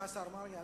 תודה לשר מרגי.